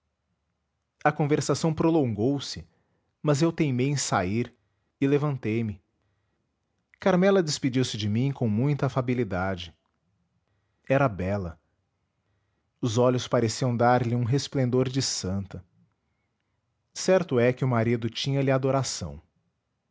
a conversação prolongou se mas eu teimei em sair e levantei-me carmela despediu-se de mim com muita afabilidade era bela os olhos pareciam dar-lhe um resplendor de santa certo é que o marido tinha-lhe adoração